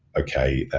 okay.